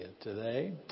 today